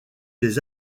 des